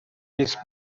his